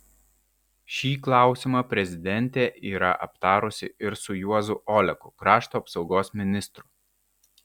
šį klausimą prezidentė yra aptarusi ir su juozu oleku krašto apsaugos ministru